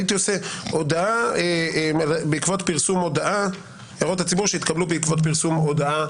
הייתי עושה "הערות הציבור שהתקבלו בעקבות פרסום הודעה".